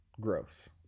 gross